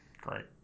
Great